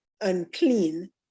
unclean